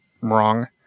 wrong